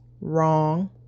Wrong